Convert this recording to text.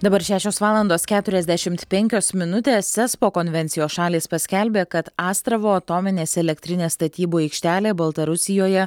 dabar šešios valandos keturiasdešimt penkios minutės espo konvencijos šalys paskelbė kad astravo atominės elektrinės statybų aikštelė baltarusijoje